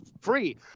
free